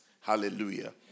Hallelujah